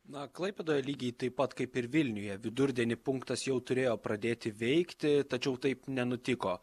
na klaipėdoje lygiai taip pat kaip ir vilniuje vidurdienį punktas jau turėjo pradėti veikti tačiau taip nenutiko